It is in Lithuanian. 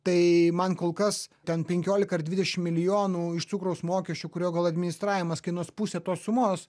tai man kol kas ten penkiolika ar dvidešimt milijonų iš cukraus mokesčio kurio gal administravimas kainuos pusę tos sumos